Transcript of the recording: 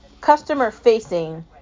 customer-facing